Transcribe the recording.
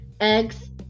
eggs